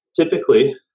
typically